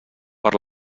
per